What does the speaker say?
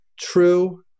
true